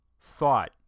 thought